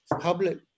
Public